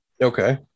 Okay